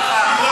ואת כל